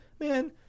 man